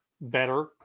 better